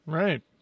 right